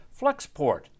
Flexport